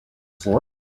floor